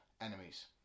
enemies